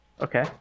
Okay